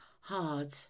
hard